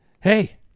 Hey